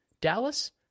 Dallas